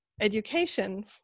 education